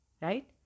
right